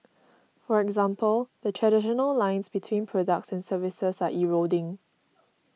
for example the traditional lines between products and services are eroding